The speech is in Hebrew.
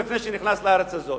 לפני שנכנס לארץ הזאת.